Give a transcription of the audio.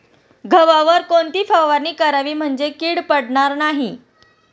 गव्हावर कोणती फवारणी करावी म्हणजे कीड पडणार नाही?